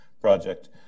project